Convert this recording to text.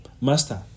master